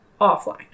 offline